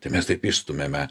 tai mes taip išstumiame